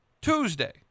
Tuesday